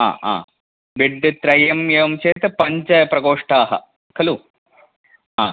हा हा बेड्त्रयम् एवं चेत् पञ्चप्रकोष्ठाः खलु हा